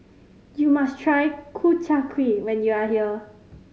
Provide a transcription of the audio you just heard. you must try Ku Chai Kuih when you are here